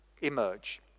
emerge